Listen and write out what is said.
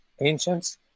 ancients